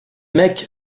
mecs